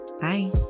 Bye